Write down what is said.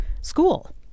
school